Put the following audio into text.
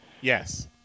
yes